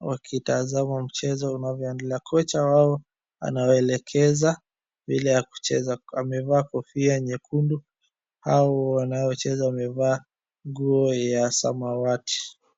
wakitazama mchezo unavyoendelea kocha wao anawaelekeza vile ya kucheza, amevaa kofia nyekundu au wanaocheza wamevaa nguo ya samawati.